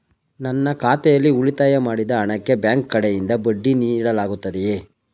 ನನ್ನ ಖಾತೆಯಲ್ಲಿ ಉಳಿತಾಯ ಮಾಡಿದ ಹಣಕ್ಕೆ ಬ್ಯಾಂಕ್ ಕಡೆಯಿಂದ ಬಡ್ಡಿ ನೀಡಲಾಗುತ್ತದೆಯೇ?